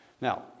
Now